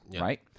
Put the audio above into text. right